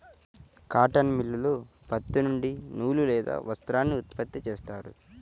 cotton మిల్లులో పత్తి నుండి నూలు లేదా వస్త్రాన్ని ఉత్పత్తి చేస్తారు